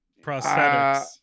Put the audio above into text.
Prosthetics